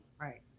right